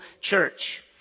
church